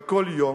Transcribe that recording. וכל יום,